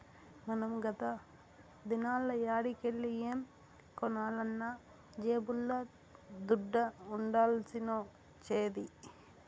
మనం గత దినాల్ల యాడికెల్లి ఏం కొనాలన్నా జేబుల్ల దుడ్డ ఉండాల్సొచ్చేది